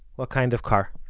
what kind of car?